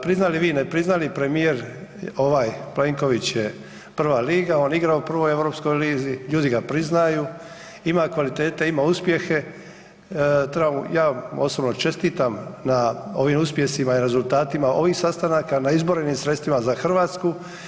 Priznali vi, ne priznali, premijer, ovaj Plenković je prva liga, on igra u Prvoj europskoj lizi, ljudi ga priznaju, ima kvalitete, ima uspjehe, treba mu, ja mu osobno čestitam na ovim uspjesima i rezultatima ovih sastanaka, na izborenim sredstvima za RH.